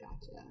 Gotcha